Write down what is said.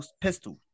pistol